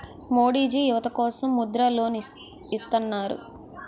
మోడీజీ యువత కోసం ముద్ర లోన్ ఇత్తన్నారు